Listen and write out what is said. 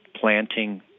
planting